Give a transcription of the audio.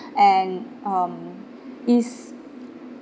and um is